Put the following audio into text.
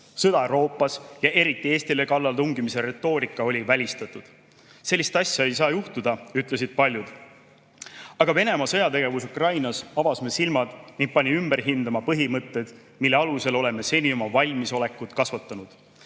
Sõda Euroopas ja eriti Eestile kallaletungimise retoorika oli välistatud. Sellist asja ei saa juhtuda, ütlesid paljud. Aga Venemaa sõjategevus Ukrainas avas meie silmad ning pani ümber hindama põhimõtted, mille alusel oleme seni oma valmisolekut kasvatanud,